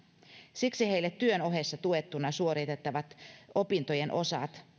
siksi heille työn ohessa tuettuna suoritettavat opintojen osat